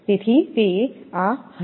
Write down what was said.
તેથી તે હશે